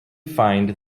find